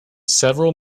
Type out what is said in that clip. several